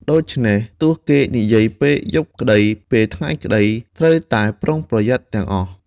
ដូច្នេះ ទោះគេនិយាយពេលយប់ក្តី ពេលថ្ងៃក្ដី ត្រូវតែប្រុងប្រយ័ត្នទាំងអស់។